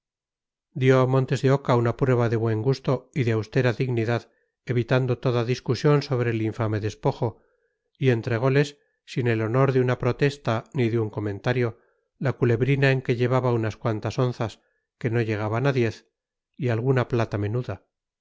montes de oca una prueba de buen gusto y de austera dignidad evitando toda discusión sobre el infame despojo y entregoles sin el honor de una protesta ni de un comentario la culebrina en que llevaba unas cuantas onzas que no llegaban a diez y alguna plata menuda